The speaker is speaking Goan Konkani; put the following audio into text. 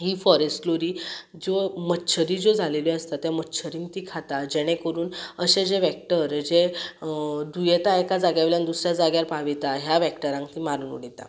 ही फॉरॅस्ट ग्लोरी जेव्हा मच्छरी ज्यो जालेल्यो आसता त्या मच्छरींग ती खाता जेणे करून अशे जे वॅक्टर जे दुयेंतां एका जाग्या वयल्यान दुसऱ्या जाग्यार पावयता ह्या वॅक्टरांक ती मारून उडयता